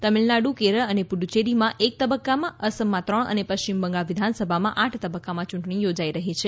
તમિલનાડુ કેરળ અને પુફ્યેરીમાં એક તબક્કામાં અસમમાં ત્રણ અને પશ્ચિમ બંગાળ વિધાનસભામાં જ તબક્કામાં યૂંટણી યોજાઈ રહી છે